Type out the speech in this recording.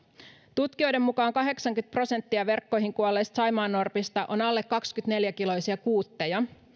tutkijoiden mukaan kahdeksankymmentä prosenttia verkkoihin kuolleista saimaannorpista on alle kaksikymmentäneljä kiloisia kuutteja